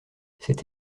cet